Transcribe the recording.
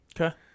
Okay